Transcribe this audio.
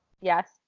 Yes